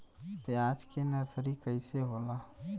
प्याज के नर्सरी कइसे होला?